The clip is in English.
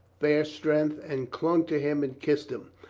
fair strength and clung to him and kissed him.